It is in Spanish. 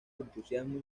entusiasmo